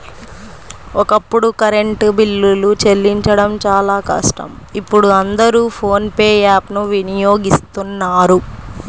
ఒకప్పుడు కరెంటు బిల్లులు చెల్లించడం చాలా కష్టం ఇప్పుడు అందరూ ఫోన్ పే యాప్ ను వినియోగిస్తున్నారు